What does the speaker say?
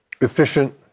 efficient